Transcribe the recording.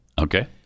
Okay